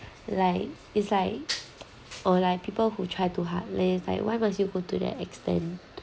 like it's like or like people who try too hard leh is like why must you go to that extent